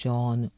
John